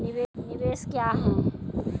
निवेश क्या है?